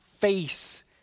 face